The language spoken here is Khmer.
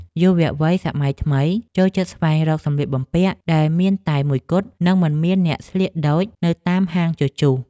យុវវ័យសម័យថ្មីចូលចិត្តស្វែងរកសម្លៀកបំពាក់ដែលមានតែមួយគត់ និងមិនមានអ្នកស្លៀកដូចនៅតាមហាងជជុះ។